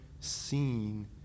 seen